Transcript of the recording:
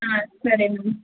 ಹಾಂ ಸರಿ ಮ್ಯಾಮ್